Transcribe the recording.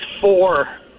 four